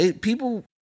people